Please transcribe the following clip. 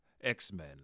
x-men